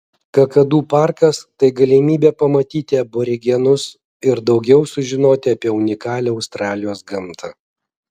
kakadu parkas tai galimybė pamatyti aborigenus ir daugiau sužinoti apie unikalią australijos gamtą